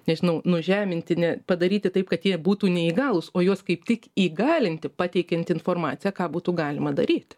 nežinau nužeminti ne padaryti taip kad jie būtų neįgalūs o juos kaip tik įgalinti pateikiant informaciją ką būtų galima daryti